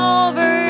over